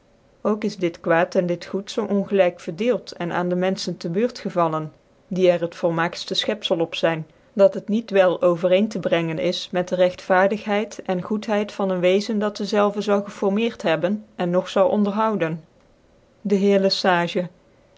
ook is dit kwaad en dit goed zoo ongelyk verdeeld cn aan dc menfehen tc beurt gevallen die er het volmaaktftc fchcpfel op zyn dat het niet wel over ccn tc brengen is met de rechtvaardigheid en goedheid van een wezen dat dezelve zou geformcert hebben en nog zou onderhouden dc heer lc sage